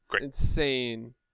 insane